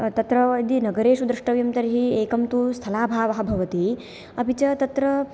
तत्र यदि नगरेषु द्रष्टव्यं तर्हि एकं तु स्थलाभावः भवति अपि च तत्र